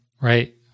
Right